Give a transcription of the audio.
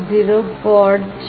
0 port છે